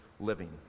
living